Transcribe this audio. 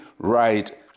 right